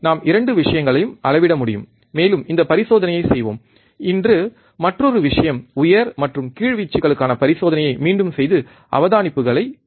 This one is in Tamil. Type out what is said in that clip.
நாம் இரண்டு விஷயங்களையும் அளவிட முடியும் மேலும் இந்த பரிசோதனையைச் செய்வோம் இன்று மற்றொரு விஷயம் உயர் மற்றும் கீழ் வீச்சுகளுக்கான பரிசோதனையை மீண்டும் செய்து அவதானிப்புகளைக் குறித்துக் கொள்ளவும்